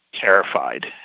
terrified